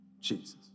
Jesus